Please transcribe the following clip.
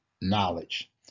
knowledge